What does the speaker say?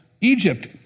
Egypt